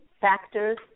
factors